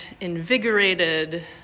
invigorated